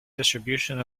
distribution